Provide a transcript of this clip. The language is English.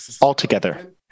altogether